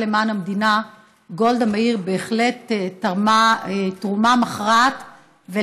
למען המדינה גולדה מאיר בהחלט תרמה תרומה מכרעת.